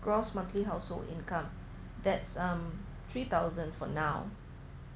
gross monthly household income that's um three thousand for now